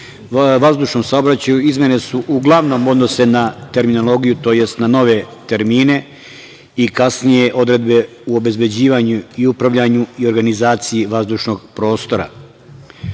vazdušnom saobraćaju, izmene su uglavnom odnose na terminologiju, odnosno na nove termine i kasnije odredbe u obezbeđivanju i upravljanju i organizaciji vazdušnog prostora. Takođe